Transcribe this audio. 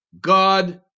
God